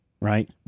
right